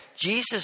Jesus